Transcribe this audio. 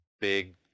big